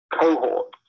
cohort